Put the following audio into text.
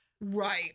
Right